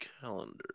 calendar